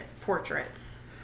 portraits